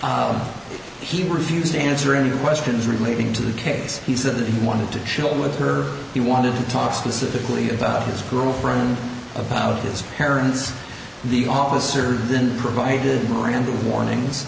state he refused to answer any questions relating to the case he said that he wanted to chill with her he wanted to talk specifically about his girlfriend about his parents the officer then provided brand new warnings